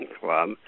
club